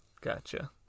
Gotcha